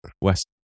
West